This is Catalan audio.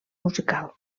musical